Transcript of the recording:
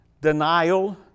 denial